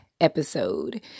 episode